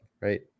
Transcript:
right